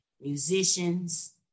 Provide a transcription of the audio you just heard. musicians